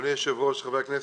חברי הכנסת.